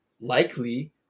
likely